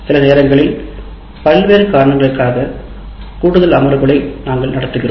சில நேரங்களில் பல்வேறு காரணங்களுக்காக கூடுதல் அமர்வுகளை நாங்கள் நடத்துகிறோம்